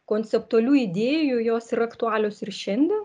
konceptualių idėjų jos yra aktualios ir šiandien